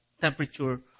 temperature